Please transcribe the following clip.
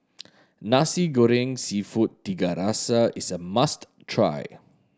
Nasi Goreng Seafood Tiga Rasa is a must try